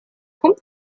pump